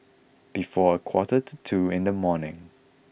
before a quarter to two in the morning